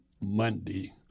Monday